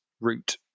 route